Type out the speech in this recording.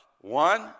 One